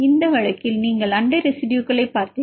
இந்த வழக்கில் நீங்கள் அண்டை ரெசிடுயுகளைப் பார்த்தீர்கள்